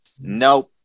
Nope